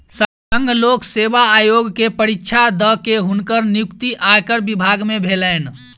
संघ लोक सेवा आयोग के परीक्षा दअ के हुनकर नियुक्ति आयकर विभाग में भेलैन